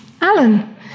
Alan